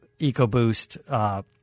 EcoBoost –